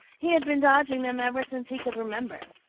he had been dodging them ever since he could remember,